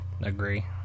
agree